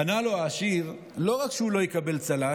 ענה לו העשיר: לא רק שהוא לא יקבל צל"ש,